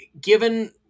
given